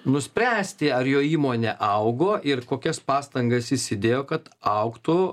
nuspręsti ar jo įmonė augo ir kokias pastangas jis įdėjo kad augtų